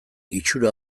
itxura